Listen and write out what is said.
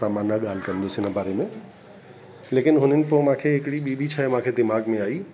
त मां न ॻाल्हि कंदुसि हिन बारे में लेकिन हुननि पोइ मूंखे हिकड़ी ॿी बि शइ मूंखे दिमाग़ में आई